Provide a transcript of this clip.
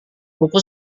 buku